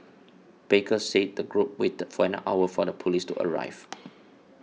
baker said the group waited for an hour for the police to arrive